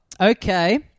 Okay